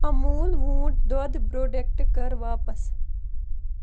اموٗل ووٗنٛٹ دۄد پرٛوڈکٹ کَر واپس